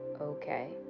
okay